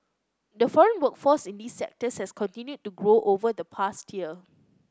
the foreign workforce in these sectors has continued to grow over the past year